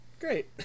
great